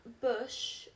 bush